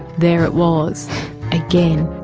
there it was again.